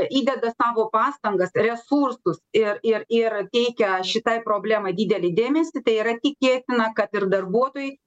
įdeda savo pastangas resursus ir ir ir teikia šitai problemai didelį dėmesį tai yra tikėtina kad ir darbuotojai